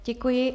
Děkuji.